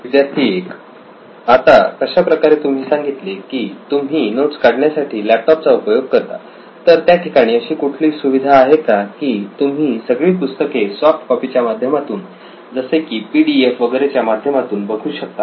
विद्यार्थी 1 आता कशा प्रकारे तुम्ही सांगितले की तुम्ही नोट्स काढण्यासाठी लॅपटॉप चा उपयोग करता तर त्या ठिकाणी अशी कुठली सुविधा आहे का की तुम्ही सगळी पुस्तके सॉफ्ट कॉपी च्या माध्यमातून जसे की पीडीएफ वगैरे च्या माध्यमातून बघू शकता